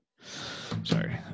Sorry